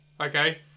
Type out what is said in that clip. Okay